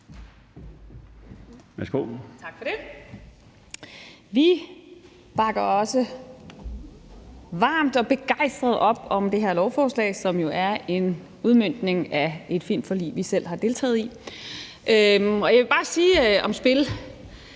(RV): Tak for det. Vi bakker også begejstret og varmt op om det her lovforslag, som jo er en udmøntning af et filmforlig, vi selv har deltaget i. Jeg vil bare sige i